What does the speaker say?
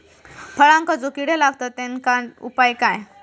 फळांका जो किडे लागतत तेनका उपाय काय?